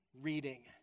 reading